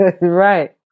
right